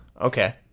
Okay